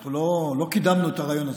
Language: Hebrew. ואנחנו לא קידמנו את הרעיון הזה,